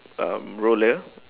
um roller